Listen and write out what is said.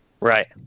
Right